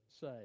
say